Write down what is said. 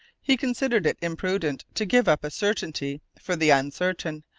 he considered it imprudent to give up a certainty for the uncertain,